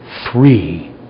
three